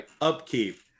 upkeep